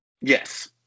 Yes